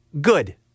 good